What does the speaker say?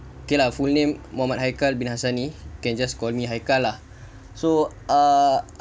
okay lah full name mohammad haikal bin hasani can just call me haikal lah so err